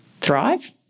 thrive